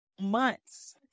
months